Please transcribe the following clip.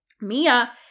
Mia